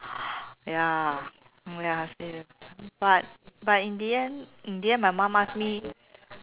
ya oh ya same but but in the end in the end my mum ask me